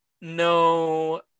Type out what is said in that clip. No